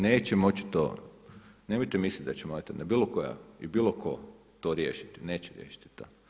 Neće moći to, nemojte misliti da će monetarna i bilo koja i bilo ko to riješiti, neće riješiti